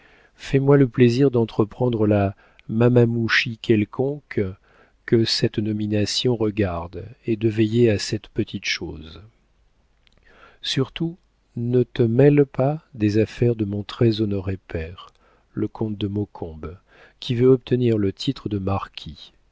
fais-moi le plaisir d'entreprendre le mamamouchi quelconque que cette nomination regarde et de veiller à cette petite chose surtout ne te mêle pas des affaires de mon très honoré père le comte de maucombe qui veut obtenir le titre de